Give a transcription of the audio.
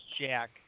Jack